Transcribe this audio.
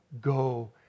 Go